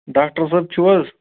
doctor صٲب چھُو حظ